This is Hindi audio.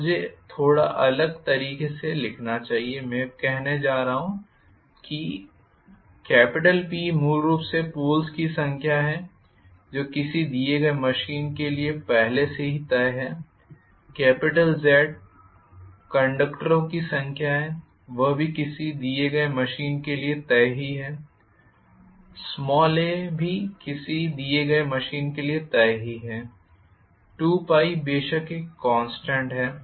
तो मुझे इसे थोड़ा अलग तरीके से लिखना चाहिए मैं यह कहने जा रहा हूं कि P मूल रूप से पोल्स की संख्या है जो किसी दिए गए मशीन के लिए पहले से ही तय है Z कंडक्टरों की संख्या है वह भी किसी दिए गए मशीन के लिए तय ही है a भी किसी दिए गए मशीन के लिए तय ही है 2π बेशक एक कॉन्स्टेंट है